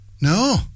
no